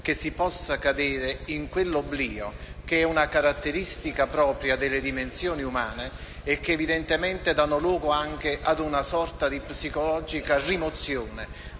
che si possa cadere in quell'oblio che è una caratteristica propria delle dimensioni umane e che, evidentemente, dà luogo anche a una sorta di psicologica rimozione